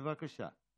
בבקשה.